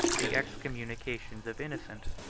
the excommunications of innocent,